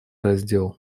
раздел